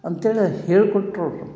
ಅಂತ್ಹೇಳಿ ಹೇಳ್ಕೊಟ್ರವರು